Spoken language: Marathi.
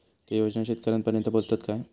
ते योजना शेतकऱ्यानपर्यंत पोचतत काय?